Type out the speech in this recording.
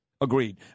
Agreed